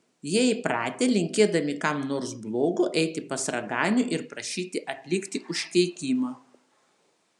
jie įpratę linkėdami kam nors blogo eiti pas raganių ir prašyti atlikti užkeikimą